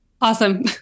Awesome